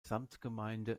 samtgemeinde